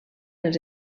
els